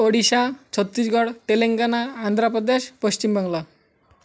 Odisha Chhattisgarh Telangana Andhra Pradesh Paschimbangla